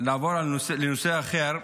לעבור לנושא אחר: